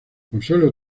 consuelo